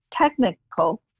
technical